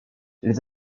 les